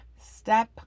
step